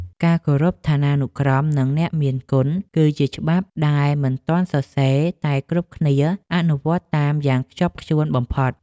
ការគោរពឋានានុក្រមនិងអ្នកមានគុណ គឺជាច្បាប់ដែលមិនទាន់សរសេរតែគ្រប់គ្នាអនុវត្តតាមយ៉ាងខ្ជាប់ខ្ជួនបំផុត។